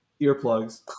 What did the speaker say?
earplugs